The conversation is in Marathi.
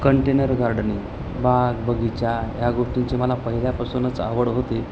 कंटेनर गार्डनिंग बाग बगीचा ह्या गोष्टींची मला पहिल्यापासूनच आवड होती